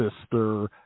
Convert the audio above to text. sister